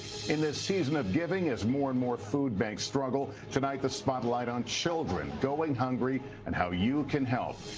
in this season of giving as more and more food banks struggle tonight the spotlight on children going hungry and how you can help.